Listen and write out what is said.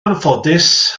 anffodus